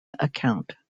account